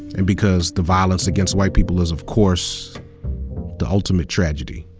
and because the violence against white people is of course the ultimate tragedy.